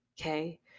Okay